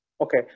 Okay